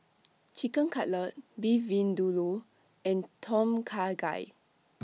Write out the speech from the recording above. Chicken Cutlet Beef Vindaloo and Tom Kha Gai